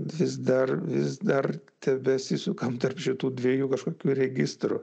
vis dar vis dar tebesisukam tarp šitų dviejų kažkokių registrų